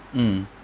mm